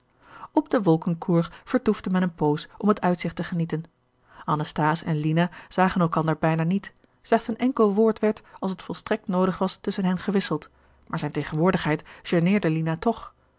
op den wolkenkur vertoefde men een poos om het uitzicht te genieten anasthase en lina zagen elkander bijna niet slechts een enkel woord werd als het volstrekt noodig was tusschen hen gewisseld maar zijne tegenwoordigheid gêneerde lina toch